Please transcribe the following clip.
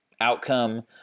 outcome